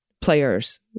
players